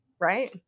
right